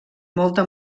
molta